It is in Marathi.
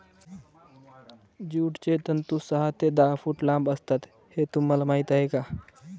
ज्यूटचे तंतू सहा ते दहा फूट लांब असतात हे तुम्हाला माहीत आहे का